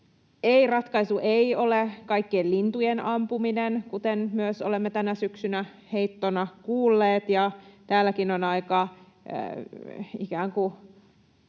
ratkaisu ei ole kaikkien lintujen ampuminen, kuten myös olemme tänä syksynä heittona kuulleet, ja täälläkin on aika